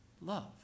love